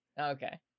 Okay